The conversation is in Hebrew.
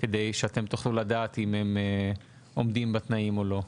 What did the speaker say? כדי שאתם תוכלו לדעת אם הם עומדים בתנאים או לא?